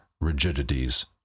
rigidities